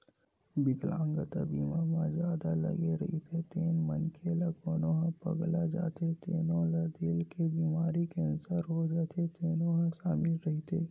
बिकलांगता बीमा म जादा लागे रहिथे तेन मनखे ला कोनो ह पगला जाथे तेनो ला दिल के बेमारी, केंसर हो जाथे तेनो ह सामिल रहिथे